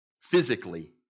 Physically